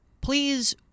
please